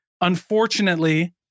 unfortunately